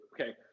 Okay